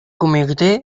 comitè